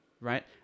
right